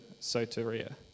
soteria